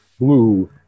blue